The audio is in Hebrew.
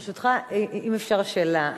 ברשותך, אם אפשר שאלה.